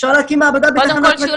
אפשר להקים מעבדה --- קודם כל שיהיו